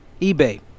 eBay